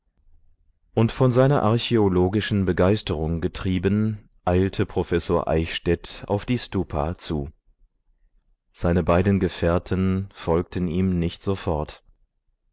und von seiner archäologischen begeisterung getrieben eilte professor eichstädt auf die stupa zu seine beiden gefährten folgten ihm nicht sofort